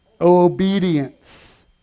Obedience